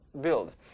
build